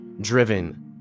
driven